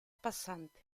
passante